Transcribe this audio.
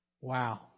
Wow